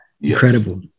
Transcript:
Incredible